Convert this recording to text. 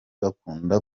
bakunda